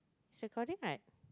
she calling like